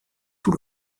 tout